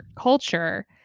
culture